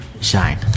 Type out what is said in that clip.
shine